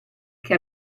che